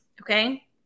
Okay